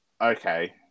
okay